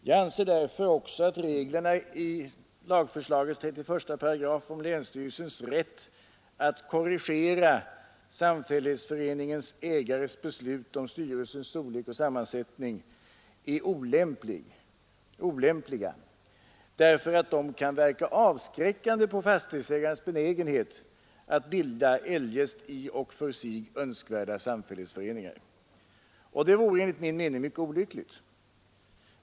Jag anser därför också att reglerna i lagförslagets 31 § om länsstyrelses rätt att korrigera sam fällighetsförenings beslut om styrelsens storlek och sammansättning är olämpliga därför att de kan verka avskräckande på fastighetsägarnas benägenhet att bilda eljest önskvärda samfällighetsföreningar. Det vore enligt min mening mycket olyckligt.